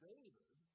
David